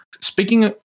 Speaking